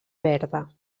verda